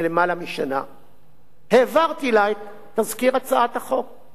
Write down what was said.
העברתי לה את תזכיר הצעת החוק בנוסח המקורי